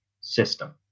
system